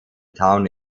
town